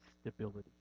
stability